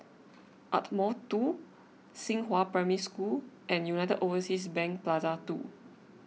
Ardmore two Xinghua Primary School and United Overseas Bank Plaza two